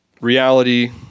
reality